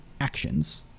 actions